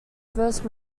first